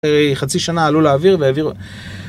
אחרי חצי שנה עלו לאוויר והעבירו